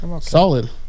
solid